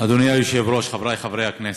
אדוני היושב-ראש, חברי חברי הכנסת,